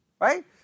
right